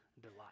delight